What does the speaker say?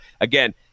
again